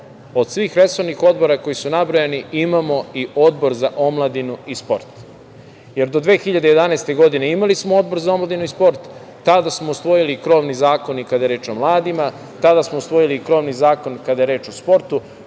od svih resornih odbora koji su nabrojani, imamo i odbor za omladinu i sport, jer do 2011. godine imali smo odbor za omladinu i sport. Tada smo usvojili krovni zakon i kada je reč o mladima, tada smo usvojili i krovni zakon kada je reč o sportu.